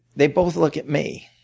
they both look at me